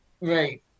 Right